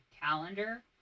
calendar